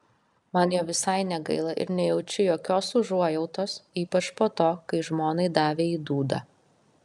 man jo visai negaila ir nejaučiu jokios užuojautos ypač po to kai žmonai davė į dūdą